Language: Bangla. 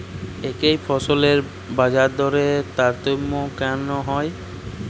একই ফসলের বাজারদরে তারতম্য কেন হয়?